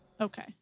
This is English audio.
Okay